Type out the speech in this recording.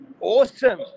awesome